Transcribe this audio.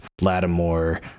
Lattimore